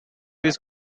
his